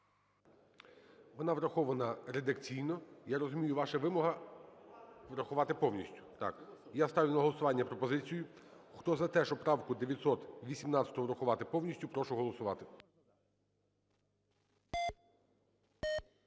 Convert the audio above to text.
Вона врахована редакційно. Я розумію, ваша вимога – врахувати повністю, так. Я ставлю на голосування пропозицію. Хто за те, щоб правку 918 врахувати повністю, прошу голосувати.